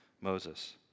Moses